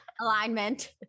alignment